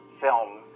film